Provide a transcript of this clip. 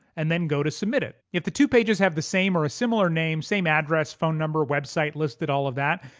and then go to submit it. if the two pages have the same or a similar name, same address, phone number, website listed, all of that,